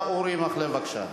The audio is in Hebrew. אורי מקלב, בבקשה.